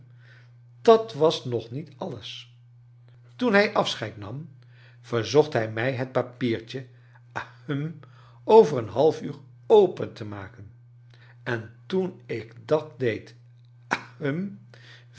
dat was nog niet alles toen hij afscheid nam verzocht hij mij het papiertje ahem over een half uur open te maken en toen ik dat deed ahem